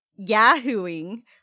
yahooing